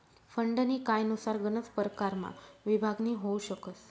फंडनी कायनुसार गनच परकारमा विभागणी होउ शकस